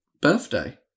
birthday